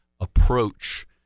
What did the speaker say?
approach